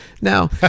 Now